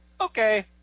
Okay